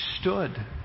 stood